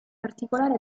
particolare